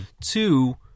Two